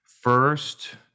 First